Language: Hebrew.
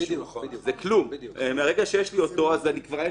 זה מה שיש בתוספת.